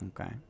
okay